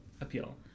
Appeal